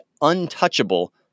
untouchable